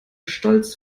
stolz